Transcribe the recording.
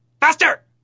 faster